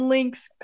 Link's